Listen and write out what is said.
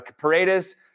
Paredes